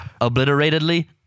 Obliteratedly